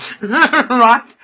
right